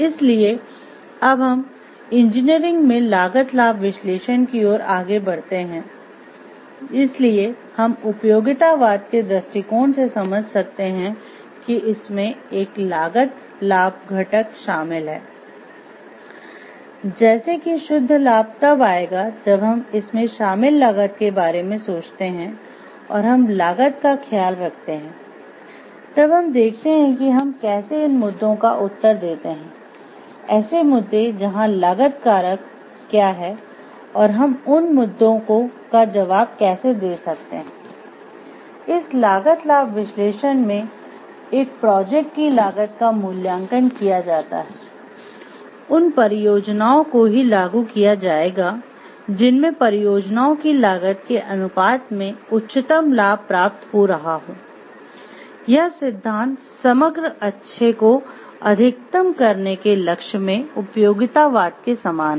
इसलिए अब हम हम इंजीनियरिंग में लागत लाभ विश्लेषण किया जाता है उन परियोजनाओं को ही लागू किया जाएगा जिनमे परियोजनाओं की लागत के अनुपात में उच्चतम लाभ प्राप्त हो रहा हो यह सिद्धांत समग्र अच्छे को अधिकतम करने के लक्ष्य में उपयोगितावाद के समान है